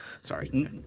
Sorry